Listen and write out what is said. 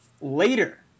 Later